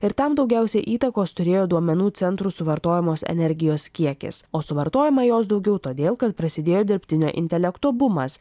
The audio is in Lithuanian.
ir tam daugiausia įtakos turėjo duomenų centrų suvartojamos energijos kiekis o suvartojama jos daugiau todėl kad prasidėjo dirbtinio intelekto bumas